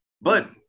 but-